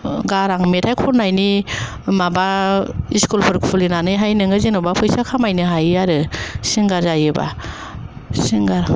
ओ गारां मेथाय खननायनि माबा इस्कुलफोर खुलिनानैहाय नोङो जेन'बा फैसा खामायनो हायो आरो सिंगार जायोब्ला सिंगार